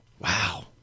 Wow